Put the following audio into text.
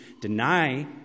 deny